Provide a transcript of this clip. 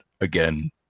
again